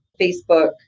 Facebook